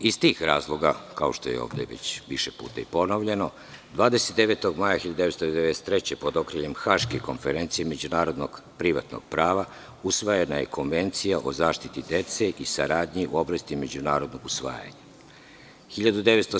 Iz tih razloga, kao što je ovde više puta ponovljeno, 29. maja 1993. godine, pod okriljem Haške konferencije međunarodnog privatnog prava, usvojena je Konvenciji o zaštiti dece i saradnji u oblasti međunarodnog usvajanja.